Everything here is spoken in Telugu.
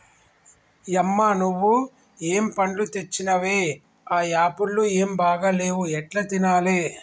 యమ్మ నువ్వు ఏం పండ్లు తెచ్చినవే ఆ యాపుళ్లు ఏం బాగా లేవు ఎట్లా తినాలే